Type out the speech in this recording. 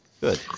Good